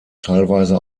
teilweise